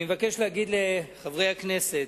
אני מבקש להגיד לחברי הכנסת,